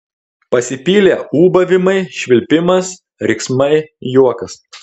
pasipylė ūbavimai švilpimas riksmai juokas